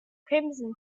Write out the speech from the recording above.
crimson